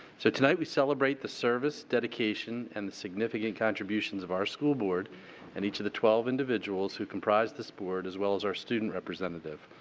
so tonight we celebrate the service, dedication and significant contributions of our school board and each of the twelve individuals who comprise this board as well as our student representative.